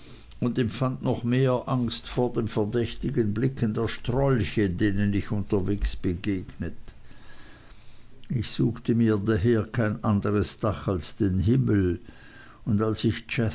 und empfand noch mehr angst vor den verdächtigen blicken der strolche denen ich unterwegs begegnet ich suchte mir daher kein anderes dach als den himmel und als ich